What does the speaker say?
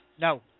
No